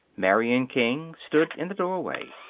marian king stood in the doorway.